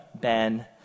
Ben